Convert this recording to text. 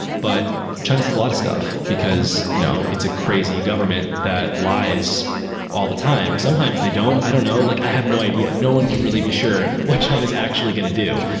but china says a lot of stuff, because you know it's a crazy government that lies all the time. sometimes they don't. i don't know, like i have no idea. no one can really be sure what china is actually going to do.